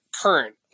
current